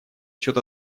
счет